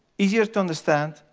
easier to understand,